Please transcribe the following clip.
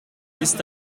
ist